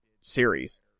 series